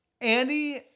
Andy